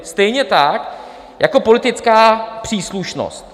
Stejně tak jako politická příslušnost.